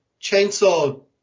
Chainsaw